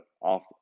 off